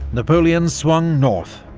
napoleon swung north,